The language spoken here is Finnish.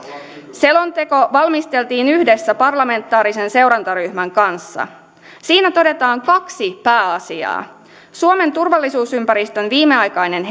selonteko valmisteltiin yhdessä parlamentaarisen seurantaryhmän kanssa siinä todetaan kaksi pääasiaa suomen turvallisuusympäristön viimeaikainen